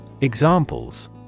Examples